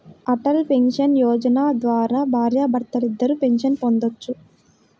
Atal pension Yojana ద్వారా భార్యాభర్తలిద్దరూ pension పొందొచ్చు